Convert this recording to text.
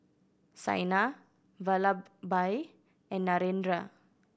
Saina Vallabhbhai and Narendra